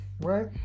right